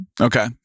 okay